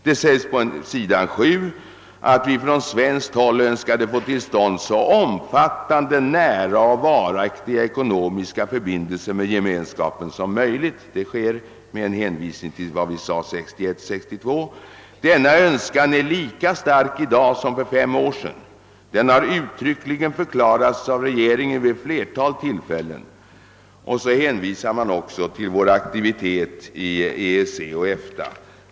I fortsättningen heter det att »vi från svenskt håll önskade få till stånd så omfattande, nära och varaktiga ekonomiska förbindelser med Gemenskapen som möjligt». Detta är alltså en hänvisning till vad vi sade 1961—1962, men denna önskan är lika stark i dag som för fem år sedan. Det har uttryckligen förklarats av regeringen vid ett flertal tillfällen. Vi hänvisade också till vår aktivitet i EEC och EFTA.